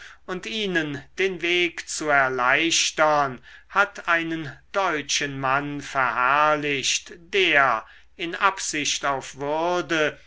und ihnen den weg zu erleichtern hat einen deutschen mann verherrlicht der in absicht auf würde